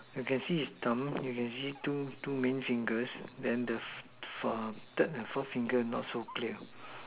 you can see his thumb you can see two two main fingers then the far third ah then the fourth finger not so clear